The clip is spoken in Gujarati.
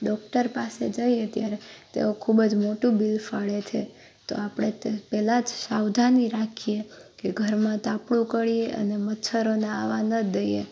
ડોક્ટર પાસે જઈયએ ત્યારે તેઓ ખૂબ જ મોટું બીલ ફાડે છે તો આપણે તે પહેલાં જ સાવધાની રાખીએ કે ઘરમાં તાપણું કરીએ અને મચ્છરોને આવવા ન દઈએ